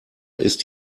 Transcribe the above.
ist